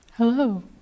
Hello